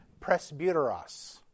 presbyteros